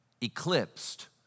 eclipsed